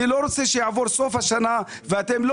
אני לא רוצה שנגיע לסוף השנה ואתם לא